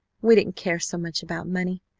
we didn't care so much about money.